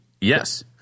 Yes